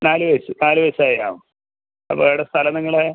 നാല് വയസ്സ് നാല് വയസ്സ് ആയോ അപ്പോൾ എവിടെ സ്ഥലം നിങ്ങളെ